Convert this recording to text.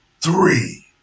three